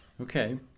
Okay